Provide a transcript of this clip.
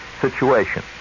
situation